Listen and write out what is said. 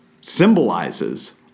symbolizes